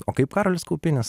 o kaip karolis kaupinis